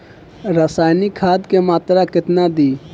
रसायनिक खाद के मात्रा केतना दी?